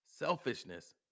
Selfishness